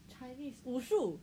Chinese wushu